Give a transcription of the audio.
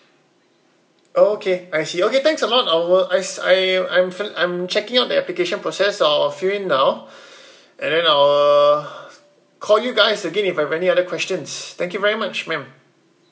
oh okay I see okay thanks a lot I will I s~ I I'm fil~ I'm checking out the application process or I'll fill in now and then I will call you guys again if I have any other questions thank you very much ma'am